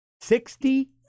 Sixty